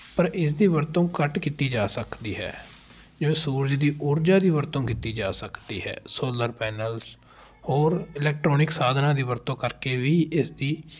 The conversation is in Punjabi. ਪਰ ਇਸ ਦੀ ਵਰਤੋਂ ਘੱਟ ਕੀਤੀ ਜਾ ਸਕਦੀ ਹੈ ਜੋ ਸੂਰਜ ਦੀ ਊਰਜਾ ਦੀ ਵਰਤੋਂ ਕੀਤੀ ਜਾ ਸਕਦੀ ਹੈ ਸੋਲਰ ਪੈਨਲਸ ਹੋਰ ਇਲੈਕਟਰੋਨਿਕ ਸਾਧਨਾਂ ਦੀ ਵਰਤੋਂ ਕਰਕੇ ਵੀ ਇਸ ਦੀ